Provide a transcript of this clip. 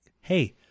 Hey